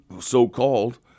so-called